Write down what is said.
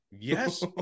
Yes